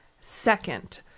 Second